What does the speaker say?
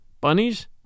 bunnies